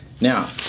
Now